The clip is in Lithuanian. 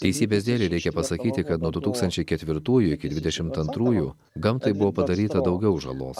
teisybės dėlei reikia pasakyti kad nuo du tūkstančiai ketvirtųjų iki dvidešimt antrųjų gamtai buvo padaryta daugiau žalos